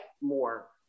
more